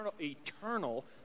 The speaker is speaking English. eternal